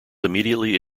immediately